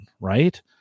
right